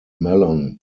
melon